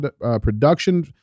production